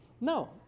no